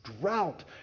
drought